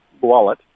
wallet